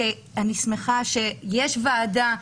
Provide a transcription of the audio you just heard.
שאני שמחה שיש ועדה נרחבת,